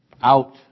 out